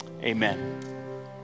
amen